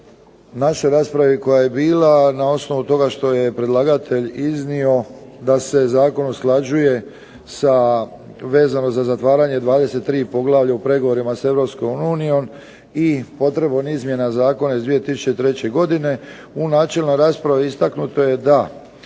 našoj raspravi koja je bila, na osnovi toga što je predlagatelj iznio da se zakon usklađuje vezano za zatvaranje 23 poglavlja u pregovorima s Europskom unijom i potrebom izmjena zakona iz 2003. godine. U načelnoj raspravi istaknuto je da